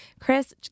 Chris